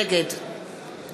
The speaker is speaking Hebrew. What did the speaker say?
נגד